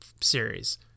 series